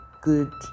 good